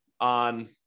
on